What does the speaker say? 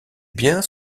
biens